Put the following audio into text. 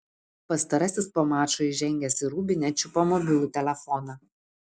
pastarasis po mačo įžengęs į rūbinę čiupo mobilų telefoną